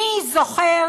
מי זוכר